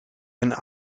een